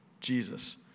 Jesus